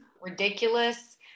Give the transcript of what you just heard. ridiculous